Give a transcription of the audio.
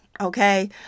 Okay